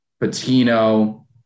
Patino